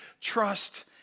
trust